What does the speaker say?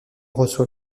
reçoit